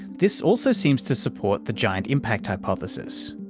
this also seems to support the giant impact hypothesis.